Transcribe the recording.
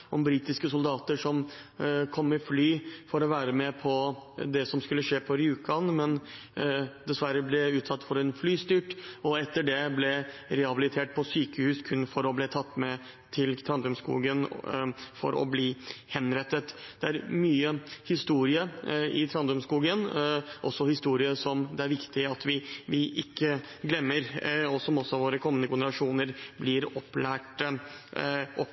om britiske soldater som kom med fly for å være med på det som skulle skje på Rjukan, men som dessverre ble utsatt for en flystyrt og etter det rehabilitert på sykehus, kun for å bli tatt med til Trandumskogen for å bli henrettet. Det er mye historie i Trandumskogen, også historie som det er viktig at vi ikke glemmer, og som også våre kommende generasjoner blir opplært